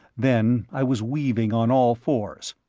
then i was weaving on all fours.